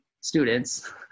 students